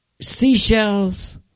seashells